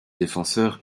défenseur